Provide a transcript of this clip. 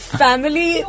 family